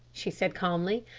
she said calmly.